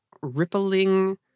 rippling